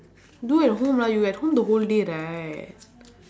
do at home lah you at home the whole day right